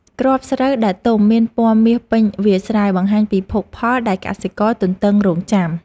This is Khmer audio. គ្រាប់ស្រូវដែលទុំមានពណ៌មាសពេញវាលស្រែ បង្ហាញពីភោគផលដែលកសិករទន្ទឹងរង់ចាំ។